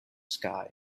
sky